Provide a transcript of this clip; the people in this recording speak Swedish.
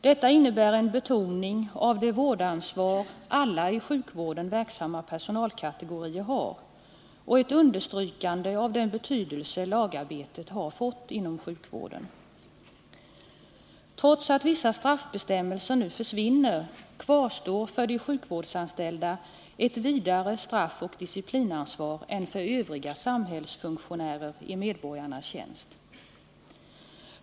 Detta innebär en betoning av det vårdansvar alla i Tisdagen den sjukvården verksamma personalkategorier har och ett understrykande av 18 december 1979 den betydelse lagarbetet fått inom sjukvården. Trots att vissa straffbestämmelser nu försvinner, kvarstår för de sjukvårdsanställda ett vidare straffoch disciplinansvar än för övriga samhällsfunktionärer i medborgarnas tjänst.